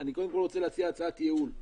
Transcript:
אני קודם כל רוצה להציע הצעת ייעול.